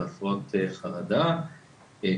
חרדה,